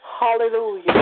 Hallelujah